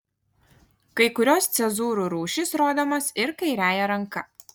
kai kurios cezūrų rūšys rodomos ir kairiąja ranka